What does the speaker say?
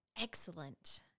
Excellent